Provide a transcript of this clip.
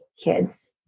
kids